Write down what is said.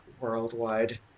Worldwide